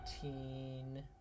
eighteen